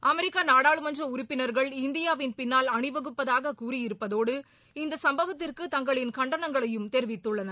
அமெிக்க நாடாளுமன்ற உறுப்பினா்கள் இந்தியாவின் பின்னால் அணிவகுப்பதாக கூறியிருப்பதோடு இந்த சம்பவத்திற்கு தங்களின் கண்டனங்களையும் தெரிவித்துள்ளனர்